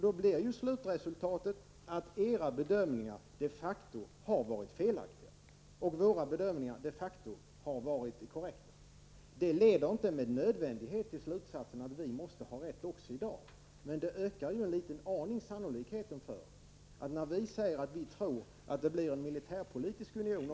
Då blir slutresultatet att era bedömningar de facto har varit felaktiga och våra bedömningar de facto korrekta. Det leder inte med nödvändighet till slutsatsen att vi måste har rätt också i dag. Men det ökar ju en liten aning sannolikheten för att vi har rätt när vi säger att vi tror att det blir en militärpolitisk union.